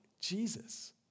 Jesus